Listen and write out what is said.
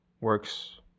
works